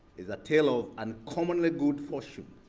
is a tale of uncommonly good fortune.